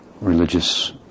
religious